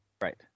Right